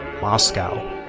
Moscow